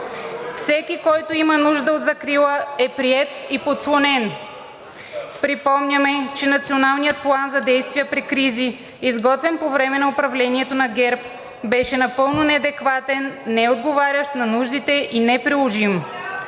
Всеки, който има нужда от закрила, е приет и подслонен. Припомняме, че Националният план за действие при кризи, изготвен по време на управлението на ГЕРБ, беше напълно неадекватен и неотговарящ на нуждите и неприложим.